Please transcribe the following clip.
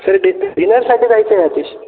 तर डि डिनरसाठी जायचं आहे आतिश